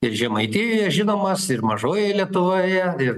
ir žemaitijoje žinomas ir mažojoje lietuvoje ir